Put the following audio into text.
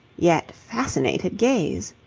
yet fascinated, gaze.